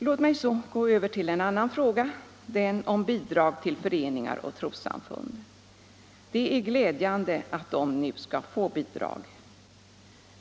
Låt mig så gå över till en annan fråga, den om bidrag till föreningar och trossamfund. Det är glädjande att de nu skall få bidrag.